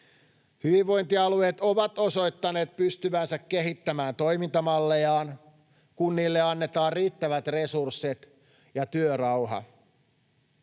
Hyvinvointialueet ovat osoittaneet pystyvänsä kehittämään toimintamallejaan, kun kunnille annetaan riittävät resurssit ja työrauha.